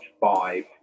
five